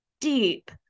deep